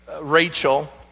Rachel